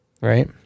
right